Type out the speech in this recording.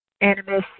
animus